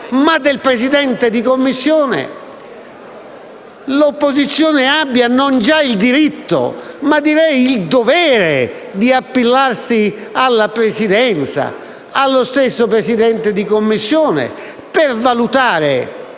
completamente la legge, l'opposizione abbia non già il diritto ma direi il dovere di appellarsi alla Presidenza e allo stesso Presidente della Commissione per valutare